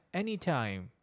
anytime